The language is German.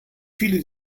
viele